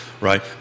right